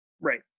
Right